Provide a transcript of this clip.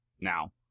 now